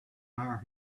our